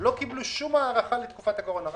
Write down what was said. לא קיבלו שום הארכה לתקופת הקורונה,